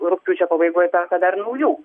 rugpjūčio pabaigoj perka dar ir naujų